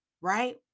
right